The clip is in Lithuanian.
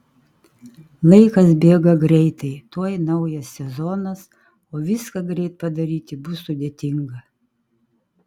laikas bėga greitai tuoj naujas sezonas o viską greit padaryti bus sudėtinga